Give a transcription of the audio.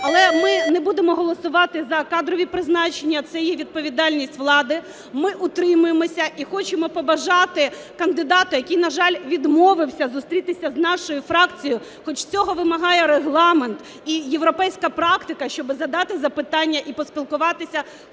Але ми не будемо голосувати за кадрові призначення, це є відповідальність влади. Ми утримаємося і хочемо побажати кандидату, який, на жаль, відмовився зустрітися з нашою фракцією, хоч цього вимагає Регламент і європейська практика, щоб задати запитання і поспілкуватися,